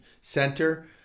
center